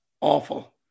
awful